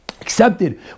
Accepted